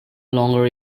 longer